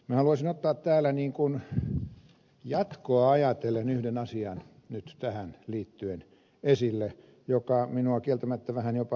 minä haluaisin ottaa täällä jatkoa ajatellen nyt tähän liittyen esille yhden asian joka minua kieltämättä vähän jopa häiritseekin